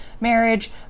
marriage